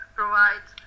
provides